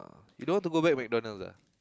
you don't want to go back McDonald's ah